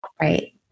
Right